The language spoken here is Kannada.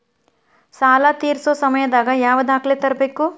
ಸಾಲಾ ತೇರ್ಸೋ ಸಮಯದಾಗ ಯಾವ ದಾಖಲೆ ತರ್ಬೇಕು?